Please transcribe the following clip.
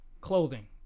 clothing